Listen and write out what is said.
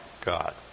God